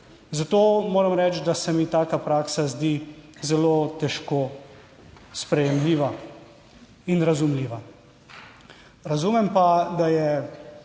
Zato moram reči, da se mi taka praksa zdi zelo težko sprejemljiva in razumljiva. Razumem pa, da je